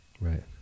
Right